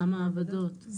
המעבדות.